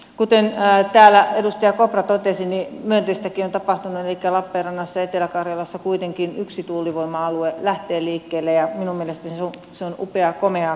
kuten täällä edustaja kopra totesi niin myönteistäkin on tapahtunut elikkä lappeenrannassa etelä karjalassa kuitenkin yksi tuulivoima alue lähtee liikkeelle ja minun mielestäni se on upeaa komeaa katsottavaa